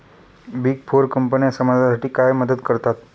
Big four कंपन्या समाजासाठी काय मदत करतात?